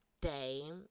day